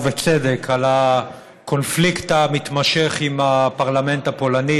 ובצדק, הקונפליקט המתמשך עם הפרלמנט הפולני,